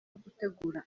gutegura